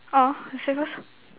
orh you say first